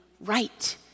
right